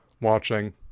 watching